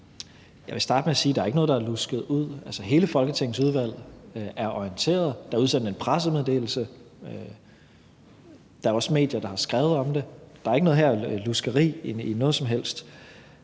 Jeg vil starte med at sige, at der ikke er noget, der er lusket ud. Altså, hele Folketingets udvalg er orienteret, der er udsendt en pressemeddelelse, og der er også medier, der har skrevet om det. Der er ikke noget luskeri her i noget som helst.